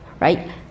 right